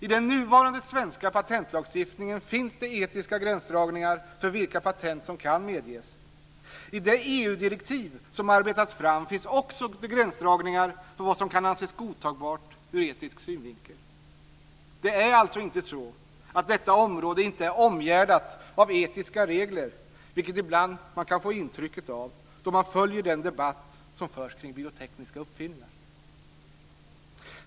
I den nuvarande svenska patentlagstiftningen finns det etiska gränsdragningar för vilka patent som kan medges. I det EU-direktiv som arbetats fram finns också gränsdragningar för vad som anses godtagbart ut etisk synvinkel. Det är alltså inte så att detta område inte är omgärdat av etiska regler, vilket man ibland kan få intrycket av då man följer den debatt som förs kring biotekniska uppfinningar.